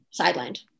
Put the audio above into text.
sidelined